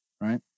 right